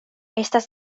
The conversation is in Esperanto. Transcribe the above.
estas